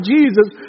Jesus